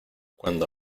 cuando